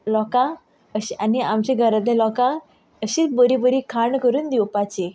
लोकांक आनी अशें आमच्या घरा तर लोकांक अशीच बरीं बरीं खाण करून दिवपाचें